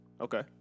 Okay